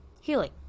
healing